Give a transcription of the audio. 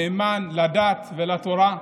נאמן לדת ולתורה.